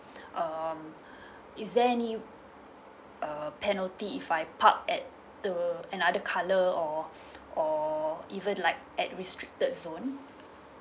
um is there any uh penalty if I park at the another colour or or even like at restricted zone